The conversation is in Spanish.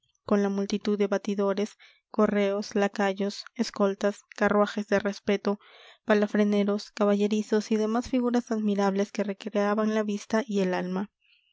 con la multitud de batidores correos lacayos escoltas carruajes de respeto palafreneros caballerizos y demás figuras admirables que recreaban la vista y el alma